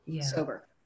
Sober